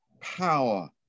power